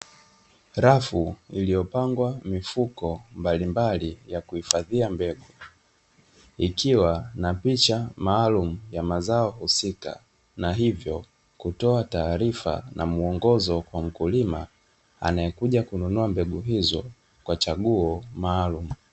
Rafu iliyopangwa mifuko mbalimbali ya kuhifadhia mbegu, ikiwa na picha maalumu ya mazao husika na hivyo kutoa taarifa na muongozo kwa mkulima anayekuja kununua mbegu hizo kwa chaguo maalumu.